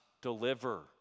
deliver